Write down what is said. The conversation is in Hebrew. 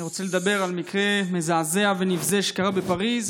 אני רוצה לדבר על מקרה מזעזע ונבזה שקרה במוצאי שבת האחרון בפריז,